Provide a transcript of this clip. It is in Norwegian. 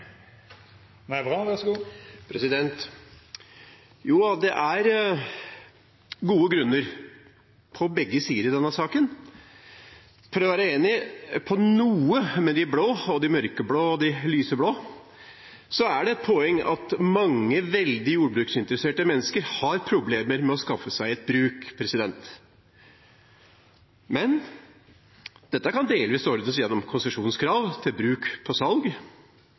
gode grunner, på begge sider i denne saken, til å være enige om noe med de blå og de mørkeblå og de lyseblå, for det er et poeng at mange veldig jordbruksinteresserte mennesker har problemer med å skaffe seg et bruk. Men dette kan delvis ordnes gjennom konsesjonskrav til bruk på salg.